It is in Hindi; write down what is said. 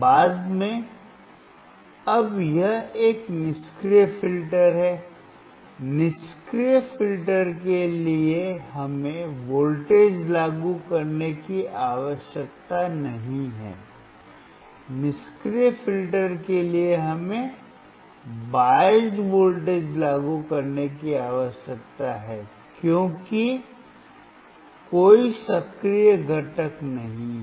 बाद में अब यह एक निष्क्रिय फिल्टर है निष्क्रिय फिल्टर के लिए हमें वोल्टेज लागू करने की आवश्यकता नहीं है निष्क्रिय फिल्टर के लिए हमें पक्षपाती वोल्टेज लागू करने की आवश्यकता है क्योंकि कोई सक्रिय घटक नहीं है